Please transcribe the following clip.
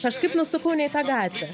kažkaip nusukau ne į tą gatvę